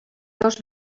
dos